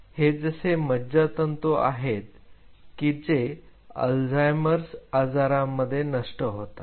हे असे मज्जातंतू आहेत की जे अल्झायमर्स आजारांमध्ये नष्ट होतात